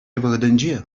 вӑхӑтӗнче